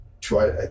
try